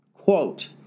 Quote